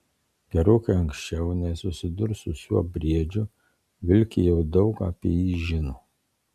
gerokai anksčiau nei susidurs su šiuo briedžiu vilkė jau daug apie jį žino